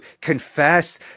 confess